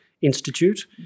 Institute